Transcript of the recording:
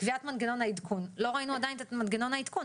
קביעת מנגנון העדכון - לא ראינו עדיין את מנגנון העדכון.